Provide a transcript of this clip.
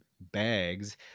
bags